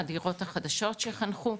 הדירות החדשות שחנכו,